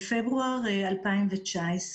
בפברואר 2019,